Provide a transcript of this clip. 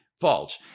false